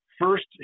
first